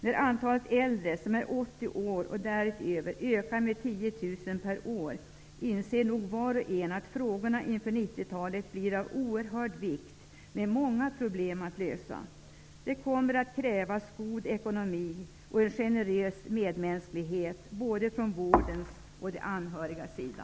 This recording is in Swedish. När antalet äldre som är 80 år och däröver ökar med 10 000 per år, inser nog var och en att frågorna inför 90-talet blir av oerhörd vikt med många problem att lösa. Det kommer att krävas god ekonomi och en generös medmänsklighet både från vårdens och från de anhörigas sida.